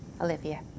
Olivia